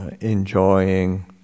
enjoying